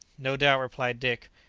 no doubt, replied dick,